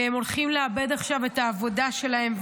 והם הולכים לאבד עכשיו את העבודה שלהם,